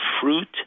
fruit